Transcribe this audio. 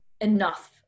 enough